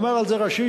ואמר על זה רש"י,